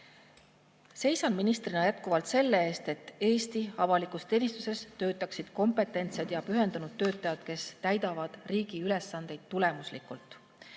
Seisan ministrina jätkuvalt selle eest, et Eesti avalikus teenistuses töötaksid kompetentsed ja pühendunud töötajad, kes täidaksid riigi ülesandeid tulemuslikult.